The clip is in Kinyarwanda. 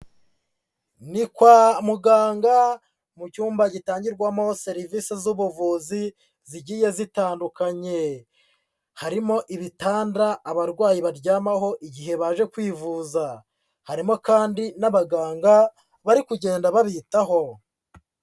Ni kwa muganga mu cyumba gitangirwamo serivisi z'ubuvuzi zigiye zitandukanye, harimo ibitanda abarwayi baryamaho igihe baje kwivuza, harimo kandi n'abaganga bari kugenda babitaho.